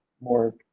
more